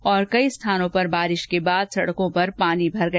और कई स्थानों पर बारिश के बाद सड़कों पर पानी भर गया